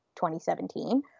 2017